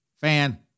fan